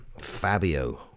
Fabio